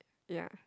ya